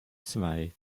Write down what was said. zwei